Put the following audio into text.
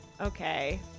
okay